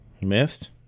missed